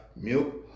milk